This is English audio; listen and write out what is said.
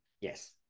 Yes